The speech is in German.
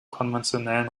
konventionellen